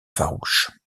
farouche